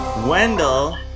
Wendell